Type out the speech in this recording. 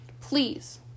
Please